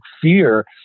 fear